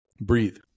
breathe